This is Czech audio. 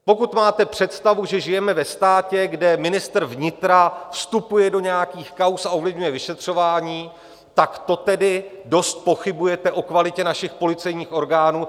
Pokud máte představu, že žijeme ve státě, kde ministr vnitra vstupuje do nějakých kauz a ovlivňuje vyšetřování, tak to tedy dost pochybujete o kvalitě našich policejních orgánů.